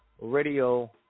Radio